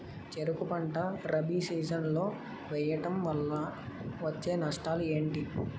చెరుకు పంట రబీ సీజన్ లో వేయటం వల్ల వచ్చే నష్టాలు ఏంటి?